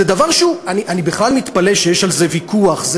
זה דבר, אני בכלל מתפלא שיש על זה ויכוח.